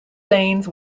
lanes